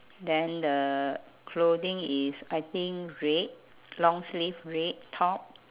then the clothing is I think red long sleeve red top